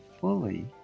fully